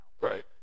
Right